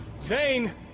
Zane